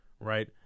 Right